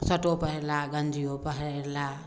शर्टो पहिरलाह गन्जियो पहिरलाह